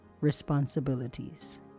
responsibilities